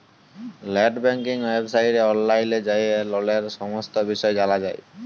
late banking ওয়েবসাইটে অললাইল যাঁয়ে ললের সমস্ত বিষয় জালা যায়